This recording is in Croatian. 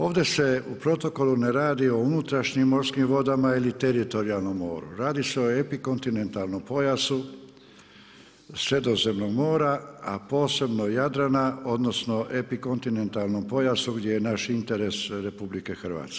Ovdje se u protokolu ne radi o unutrašnjim morskim vodama ili teritorijalnom moru, radi se o epikontinentalnom pojasu Sredozemnog mora, a posebno Jadrana odnosno epikontinentalnom pojasu gdje je naš interes RH.